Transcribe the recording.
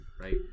right